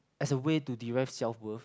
as a way to derive self world